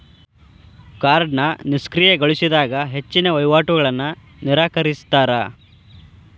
ಕಾರ್ಡ್ನ ನಿಷ್ಕ್ರಿಯಗೊಳಿಸಿದಾಗ ಹೆಚ್ಚಿನ್ ವಹಿವಾಟುಗಳನ್ನ ನಿರಾಕರಿಸ್ತಾರಾ